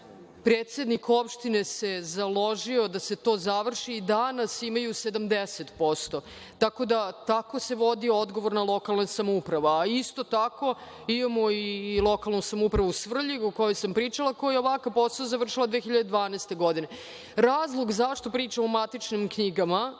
Predsednik opštine se založio da se to završi i danas imaju 70%. Tako da, tako se vodi odgovorna lokalna samouprava. Isto tako, imamo i lokalnu samoupravu Svrljig o kojoj sam pričala koja takav posao završila 2012. godine. Razlog zašto pričam o matičnim knjigama